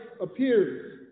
appears